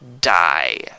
die